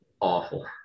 awful